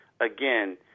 again